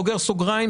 סוגר סוגריים,